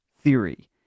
theory